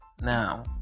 now